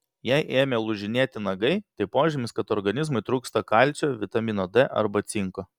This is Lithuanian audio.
jei ėmė lūžinėti nagai tai požymis kad organizmui trūksta kalcio vitamino d arba cinko